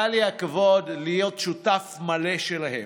היה לי הכבוד להיות שותף מלא שלהם.